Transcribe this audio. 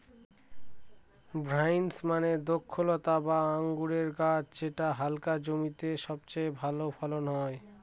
vines মানে দ্রক্ষলতা বা আঙুরের গাছ যেটা হালকা জমিতে সবচেয়ে ভালো ফলন হয়